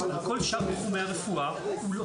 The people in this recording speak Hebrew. בכל שאר תחומי הרפואה אנחנו לא מחייבים אותו בבחינה.